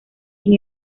sin